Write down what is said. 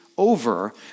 Over